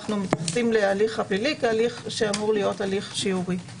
אנו מתייחסים להליך הפלילי כהליך שאמור להיות שיורי.